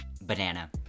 Banana